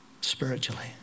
spiritually